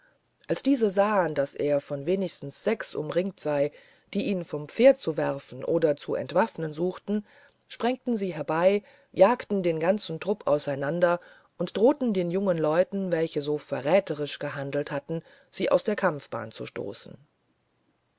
als diese sahen daß er von wenigstens sechs umringt sei die ihn vom pferd zu werfen oder zu entwaffnen suchten sprengten sie herbei jagten den ganzen trupp auseinander und drohten den jungen leuten welche so verräterisch gehandelt hatten sie aus der kampfbahn zu stoßen